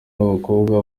b’abakobwa